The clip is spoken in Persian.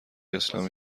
اسلامی